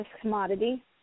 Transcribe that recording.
commodity